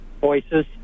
voices